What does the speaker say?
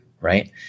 right